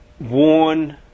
Worn